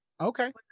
okay